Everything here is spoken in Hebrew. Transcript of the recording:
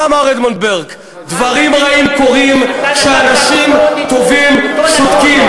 מה אמר אדמונד ברק: דברים רעים קורים כשאנשים טובים שותקים.